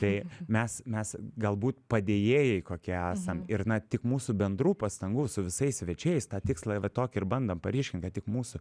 tai mes mes galbūt padėjėjai kokie esam ir na tik mūsų bendrų pastangų su visais svečiais tą tikslą va tokį ir bandom paryškint kad tik mūsų